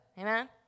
Amen